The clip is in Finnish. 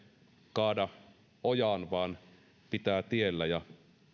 kaada ojaan vaan pitää tiellä ja